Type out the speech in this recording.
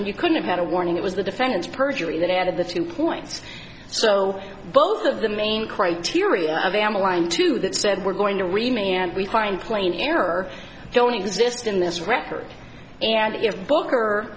mean you couldn't have a warning it was the defendant's perjury that added the two points so both of the main criteria i am aligned to that said we're going to remain and we find plain error don't exist in this record and your book